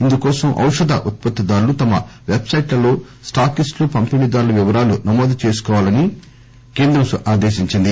ఇందుకోసం ఔషధ ఉత్పత్తిదారులు తమ పెట్ సైట్లలో స్టాకిస్టులు పంపిణీదారుల వివరాలు నమోదు చేయాలని కేంద్రం ఆదేశించింది